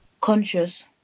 conscious